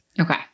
Okay